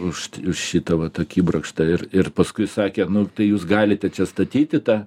už šitą vat akibrokštą ir ir paskui sakė nu tai jūs galite čia statyti tą